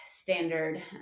standard